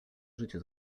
życie